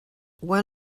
when